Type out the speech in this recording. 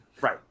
Right